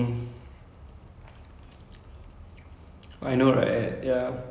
to what extent and when it's going to happen and when that had I was like !whoa!